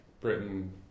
Britain